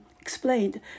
explained